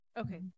Okay